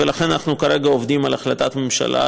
ולכן אנחנו כרגע עובדים על החלטת ממשלה,